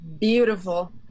Beautiful